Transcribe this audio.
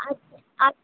আচ্ছা আচ